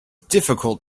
difficult